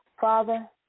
Father